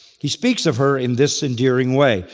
he speaks of her in this endearing way,